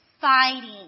fighting